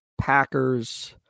Packers